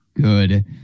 good